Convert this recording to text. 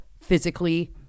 physically